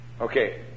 Okay